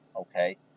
Okay